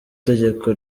tegeko